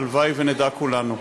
הלוואי שנדע כולנו.